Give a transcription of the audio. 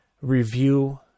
review